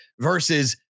versus